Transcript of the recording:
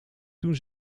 toen